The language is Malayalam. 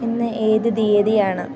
ഇന്ന് ഏത് തീയതിയാണ്